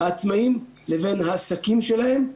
העצמאים לבין העסקים שלהם,